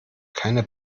keine